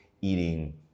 eating